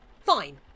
Fine